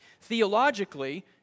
Theologically